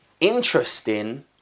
interesting